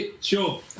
Sure